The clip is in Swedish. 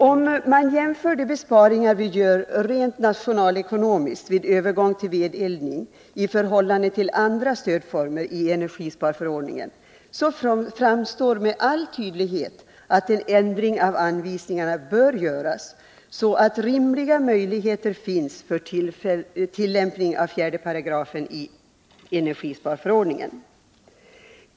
Om man jämför de besparingar vi gör rent Onsdagen den nationalekonomiskt vid övergång till vedeldning med besparingarna när det 9 april 1980 gäller andra stödformer i energisparförordningen framstår det med all tydlighet att en ändring av anvisningarna bör göras, så att rimliga möjligheter finns för tillämpning av 4 § energisparförordningen.